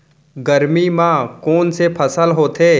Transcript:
गरमी मा कोन से फसल होथे?